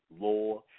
law